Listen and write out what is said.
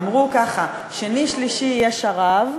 אמרו ככה: שני-שלישי יהיה שרב,